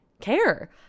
care